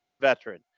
veteran